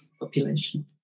population